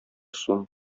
сум